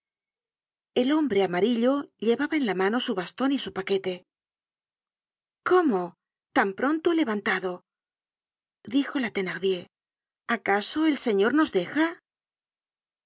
el hombre amarillo llevaba en la mano su baston y su paquete cómo tan pronto levantado dijo la thenardier acasoel señor nos deja